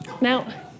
now